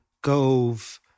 Gove